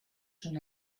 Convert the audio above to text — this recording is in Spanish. son